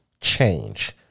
change